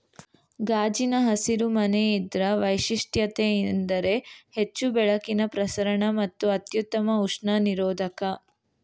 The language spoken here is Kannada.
ಗಾಜಿನ ಹಸಿರು ಮನೆ ಇದ್ರ ವೈಶಿಷ್ಟ್ಯತೆಯೆಂದರೆ ಹೆಚ್ಚು ಬೆಳಕಿನ ಪ್ರಸರಣ ಮತ್ತು ಅತ್ಯುತ್ತಮ ಉಷ್ಣ ನಿರೋಧಕ